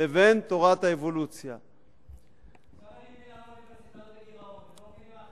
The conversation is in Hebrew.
מבחינתו של גפני הם לא אנשים דתיים.